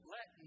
Let